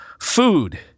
food